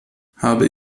habe